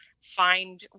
find